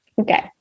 Okay